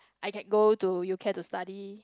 I can go to U_K to study